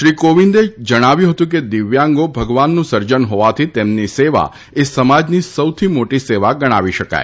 શ્રી કોવિંદે જણાવ્યું હતું કે દિવ્યાંગો ભગવાનનું સર્જન હોવાથી તેમની સેવા એ સમાજની સૌથી મોટી સેવા ગણાવી શકાય